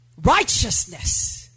Righteousness